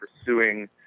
pursuing